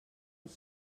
els